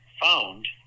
found